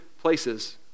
places